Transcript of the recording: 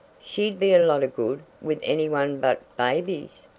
she'd be a lot of good with any one but babies,